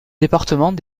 département